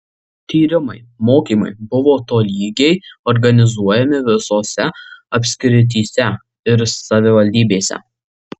tyrimai mokymai buvo tolygiai organizuojami visose apskrityse ir savivaldybėse